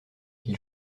ils